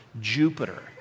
Jupiter